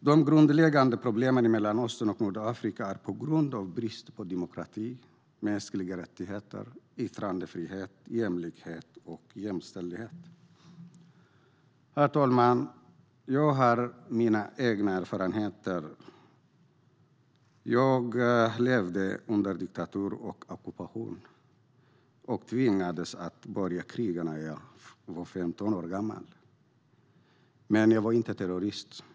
De grundläggande problemen i Mellanöstern och Nordafrika är brist på demokrati, mänskliga rättigheter, yttrandefrihet, jämlikhet och jämställdhet. Herr talman! Jag har mina egna erfarenheter. Jag levde under diktatur och ockupation, och jag tvingades börja kriga när jag var 15 år gammal. Men jag var inte terrorist.